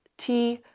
t,